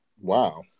Wow